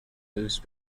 moves